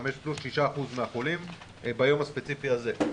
פלוס הם 6% מהחולים ביום הספציפי הזה.